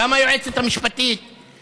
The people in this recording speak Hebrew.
גם היועצת המשפטית,